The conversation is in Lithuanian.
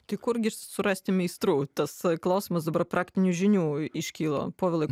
tai kurgi surasti meistrų tasai klausimas dabar praktinių žinių iškilo povilai